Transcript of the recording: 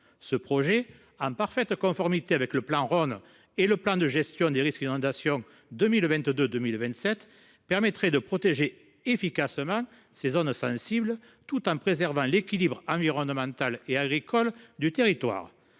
Ce projet, en parfaite conformité avec le plan Rhône et le plan de gestion des risques d’inondation (PGRI) 2022 2027, permettrait de protéger efficacement ces zones sensibles, tout en préservant l’équilibre environnemental et agricole du territoire.